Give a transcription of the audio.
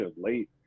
late